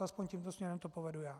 Aspoň tímto směrem to povedu já.